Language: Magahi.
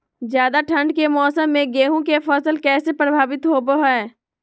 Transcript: ज्यादा ठंड के मौसम में गेहूं के फसल कैसे प्रभावित होबो हय?